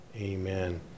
Amen